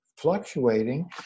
fluctuating